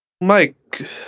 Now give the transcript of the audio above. Mike